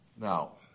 Now